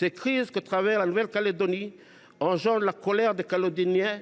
Les crises que traverse la Nouvelle Calédonie nourrissent la colère des Calédoniens.